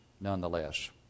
nonetheless